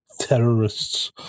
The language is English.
terrorists